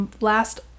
last